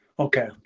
Okay